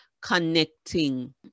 connecting